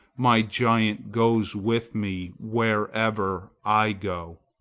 my giant goes with me wherever i go.